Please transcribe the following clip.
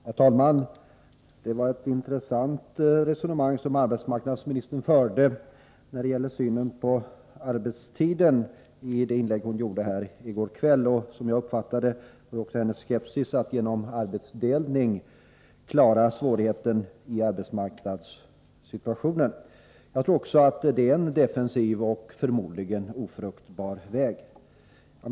Herr talman! Det var ett intressant resonemang som arbetsmarknadsministern förde om arbetstiden i det inlägg som hon gjorde i går kväll. Jag uppfattade att hon var skeptisk mot möjligheten att genom arbetsdelning kunna klara den svåra arbetsmarknadssituationen. Också jag tycker att det är en defensiv och förmodligen ofruktbar väg.